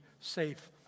safe